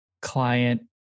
client